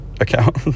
account